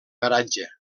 garatge